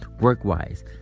work-wise